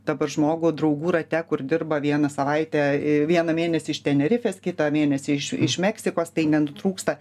dabar žmogų draugų rate kur dirba vieną savaitę vieną mėnesį iš tenerifės kitą mėnesį iš iš meksikos tai nenutrūksta